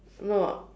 no ah